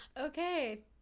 Okay